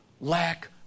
lack